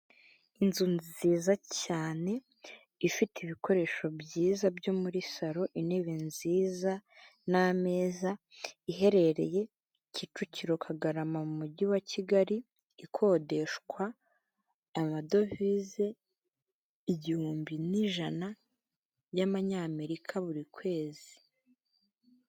Inzu nziza cyane, ifite ibikoresho byiza byo muri salo, intebe nziza n'ameza, iherereye Kicukiro, Kagarama mu mujyi wa Kigali, ikodeshwa amadovize igihumbi n'ijana y'amanyamerika buri kwezi.